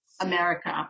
America